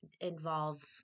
involve